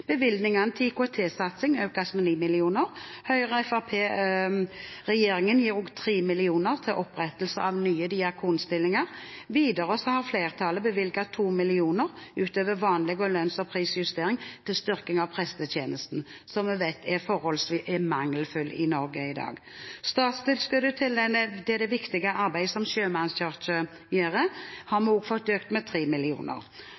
Bevilgningene til IKT-satsing økes med 9 mill. kr. Høyre–Fremskrittsparti-regjeringen gir også 3 mill. kr til opprettelse av nye diakonstillinger. Videre har flertallet bevilget 2 mill. kr utover vanlig lønns- og prisjustering til styrking av prestetjenesten, som vi vet er mangelfull i Norge i dag. Statstilskuddet til det viktige arbeidet som Sjømannskirken gjør, har